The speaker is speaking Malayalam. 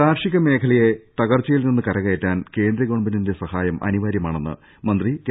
കാർഷിക മേഖലയെ തകർച്ചയിൽനിന്നും കരക്യറ്റാൻ കേന്ദ്ര ഗവൺമെന്റിന്റെ സഹായം അനിവാർ്യമാണെന്ന് മന്ത്രി കെ